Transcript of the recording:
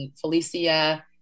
Felicia